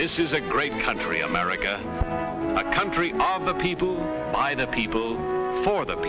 this is a great country america a country not the people by the people for the